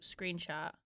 screenshot